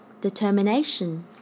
Determination